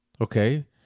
okay